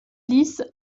lisses